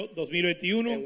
2021